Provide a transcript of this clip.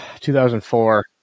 2004